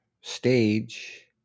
stage